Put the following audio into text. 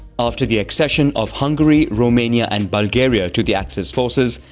after the accession of hungary, romania and bulgaria to the axis forces,